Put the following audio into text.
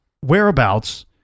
whereabouts